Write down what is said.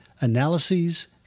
Analyses